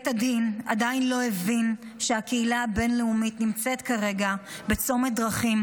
בית הדין עדיין לא הבין שהקהילה הבין-לאומית נמצאת כרגע בצומת דרכים,